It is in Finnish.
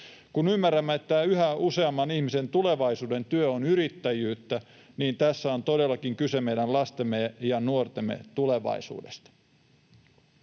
Kun ymmärrämme, että yhä useamman ihmisen tulevaisuuden työ on yrittäjyyttä, niin tässä on todellakin kyse meidän lastemme ja nuortemme tulevaisuudesta.